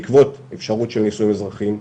בעקבות האפשרות של נישואים אזרחיים,